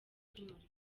ry’umurimo